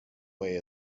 way